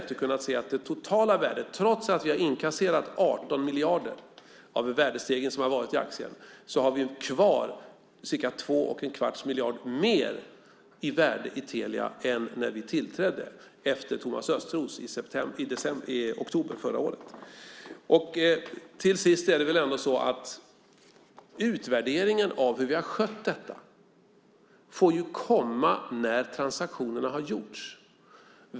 Trots att vi har inkasserat 18 miljarder av den värdestegring som har varit i aktien har vi kvar ca 2 1⁄4 miljard mer i värde i Telia än när vi tillträdde efter Thomas Östros i oktober förra året. Till sist är det väl ändå så att utvärderingen av hur vi har skött detta får komma när transaktionerna har gjorts.